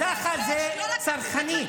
"קדאחה" זה צרחנית.